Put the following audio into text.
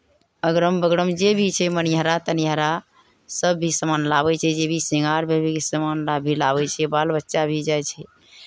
अगरम बगरम जे भी छै मनिहारा तनिहारा सभ भी सामान लाबै छियै जे भी सिङ्गारके भी सामान भी लाबै छियै बाल बच्चा भी जाइ छै